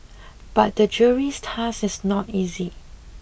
but the jury's task is not easy